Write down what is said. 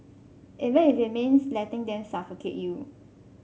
even if it means letting them suffocate you